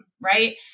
right